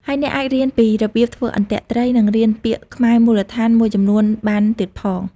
ហើយអ្នកអាចរៀនពីរបៀបធ្វើអន្ទាក់ត្រី និងរៀនពាក្យខ្មែរមូលដ្ឋានមួយចំនួនបានទៀតផង។